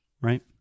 Right